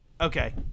Okay